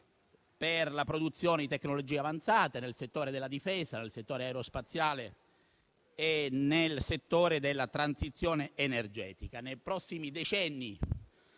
per la produzione di tecnologie avanzate nei settori della difesa, aerospaziale e della transizione energetica.